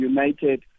United